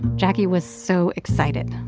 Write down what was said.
jacquie was so excited.